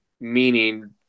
Meaning